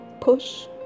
push